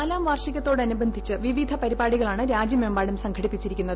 നാലാം വാർഷികത്തോടനുബന്ധിച്ച് വിവിധ പരിപാടികളാണ് രാജ്യമെമ്പാടും സംഘടിപ്പിച്ചിരിക്കുന്നത്